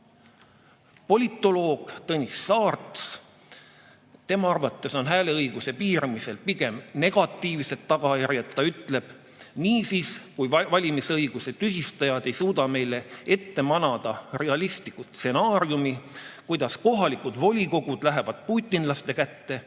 õhutamist."Politoloog Tõnis Saartsi arvates on hääleõiguse piiramisel pigem negatiivsed tagajärjed. Ta ütleb: "Kui valimisõiguse tühistajad ei suuda meile ette manada realistlikku stsenaariumi, kuidas kohalikud volikogud lähevad putinlaste kätte,